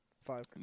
Five